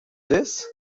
this